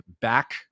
back